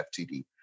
FTD